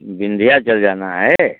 विन्ध्याचल जाना है